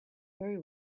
very